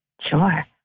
Sure